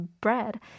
bread